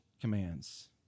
commands